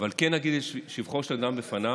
אבל כן אגיד את שבחו של אדם בפניו,